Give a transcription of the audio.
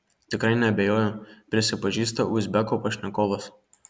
tikrai neabejoju prisipažįsta uzbeko pašnekovas